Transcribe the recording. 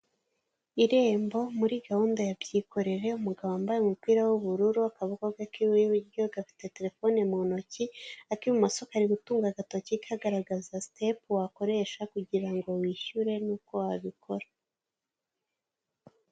Irembo muri gahunda ya byikorere, umugabo wambaye umupira w'ubururu akaboko ke k'iburyo gafite terefone mu ntoki, ak'ibumoso kari gutunga agatoki kagaragaza sitepu wakoresha kugira ngo wishyure n'uko wabikora.